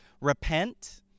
repent